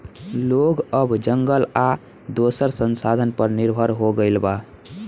लोग अब जंगल आ दोसर संसाधन पर निर्भर हो गईल बा